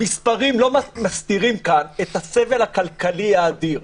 המספרים מסתירים את הסבל הכלכלי האדיר,